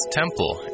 temple